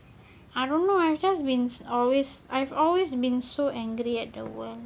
I don't know I've just been always I've always been so angry at the world